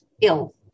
ill